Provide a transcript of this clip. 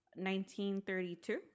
1932